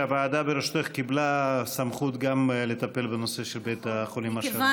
שהוועדה בראשותך קיבלה סמכות גם לטפל בנושא של בית חולים השרון.